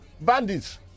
bandits